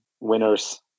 winners